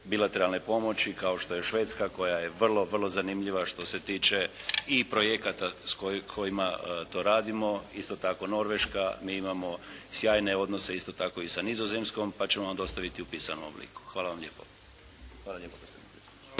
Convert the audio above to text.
bilateralne pomoći kao što je Švedska koja je vrlo vrlo zanimljiva što se tiče i projekata s kojima to radimo, isto tako Norveška. Mi imamo sjajne odnose isto tako i sa Nizozemskom pa ćemo vam dostaviti u pisanom obliku. Hvala lijepo.